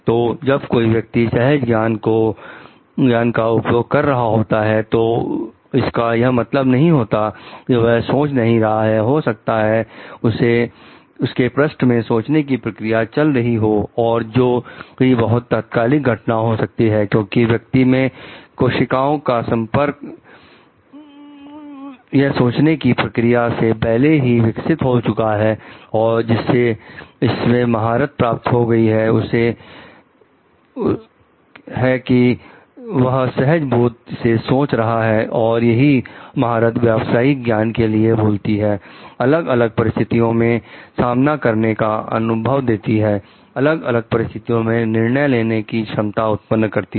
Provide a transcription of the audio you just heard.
तो जब कोई व्यक्ति सहज ज्ञान का उपयोग कर रहा होता है तो इसका यह मतलब नहीं होता है कि वह सोच नहीं रहा है हो सकता है उसके पृष्ठ में सोचने की प्रक्रिया चल रही हो और जोकि बहुत तात्कालिक घटना हो सकती है क्योंकि व्यक्ति में कोशिकाओं का संपर्क यह सोचने की प्रक्रिया से पहले से ही विकसित हो चुका है और जिससे इसमें महारत प्राप्त हो गई है उसे के है कि वह सहज बोध से सोच रहा है और यही महारत व्यवसायिक ज्ञान के लिए बोलती है अलग अलग परिस्थितियों के सामना करने का अनुभव देती है अलग अलग परिस्थितियों में निर्णय लेने की क्षमता उत्पन्न करती है